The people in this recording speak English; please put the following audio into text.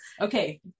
Okay